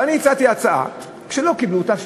אבל הצעתי הצעה שלא קיבלו אותה,